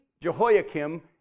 Jehoiakim